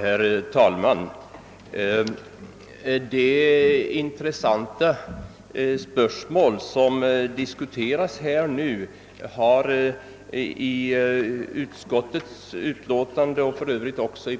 Herr talman! Det intressanta och ingalunda oväsentliga spörsmål som nu diskuteras har i